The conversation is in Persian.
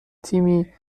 تیمی